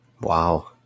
Wow